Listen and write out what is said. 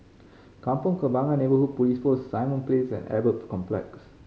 Kampong Kembangan Neighbourhood Police Post Simon Place and Albert Complex